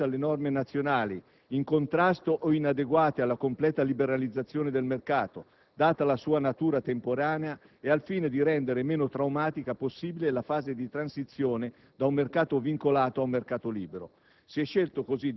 Il presente decreto‑legge, quindi, va a modificare con urgenza le norme nazionali in contrasto o inadeguate alla completa liberalizzazione del mercato. Data la sua natura temporanea e al fine di rendere meno traumatica possibile la fase di transizione